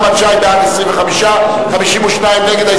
הסתייגות נחמן שי, בעד, 25, 52 נגד.